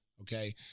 okay